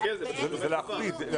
להקל ולהפסיד.